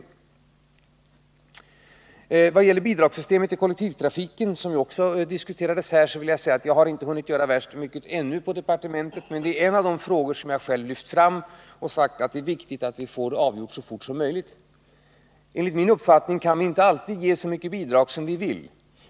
När det gäller systemet för bidrag till kollektivtrafiken, som ju också diskuterats här, vill jag säga att jag ännu inte hunnit göra så värst mycket på departementet, men det är en av de frågor som jag själv lyft fram. Det är viktigt att den blir avgjord så fort som möjligt. Enligt min uppfattning kan vi inte alltid ge så mycket bidrag som vi vill.